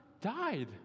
died